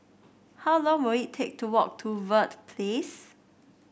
how long will it take to walk to Verde Place